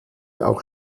auch